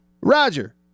Roger